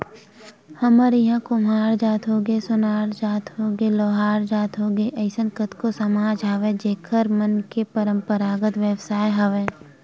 हमर इहाँ के कुम्हार जात होगे, सोनार जात होगे, लोहार जात के होगे अइसन कतको समाज हवय जेखर मन के पंरापरागत बेवसाय हवय